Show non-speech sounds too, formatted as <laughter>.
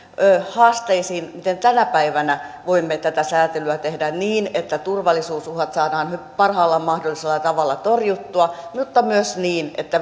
haasteisiin miten tänä päivänä voimme tätä säätelyä tehdä niin että turvallisuusuhat saadaan parhaalla mahdollisella tavalla torjuttua mutta myös niin että <unintelligible>